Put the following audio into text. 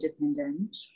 independent